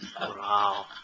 Wow